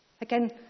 Again